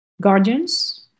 guardians